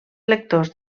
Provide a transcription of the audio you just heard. lectors